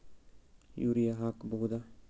Urea ಹಾಕ್ ಬಹುದ?